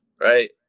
right